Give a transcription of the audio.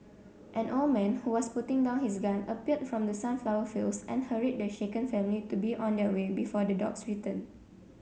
an old man who was putting down his gun appeared from the sunflower fields and hurried the shaken family to be on their way before the dogs return